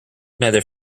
neither